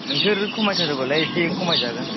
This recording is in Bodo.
नोंसोर खमायथारोबालाय एसे खमायजागोन